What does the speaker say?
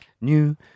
New